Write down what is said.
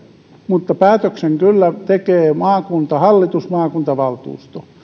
mutta päätöksen kyllä tekee maakuntahallitus ja maakuntavaltuusto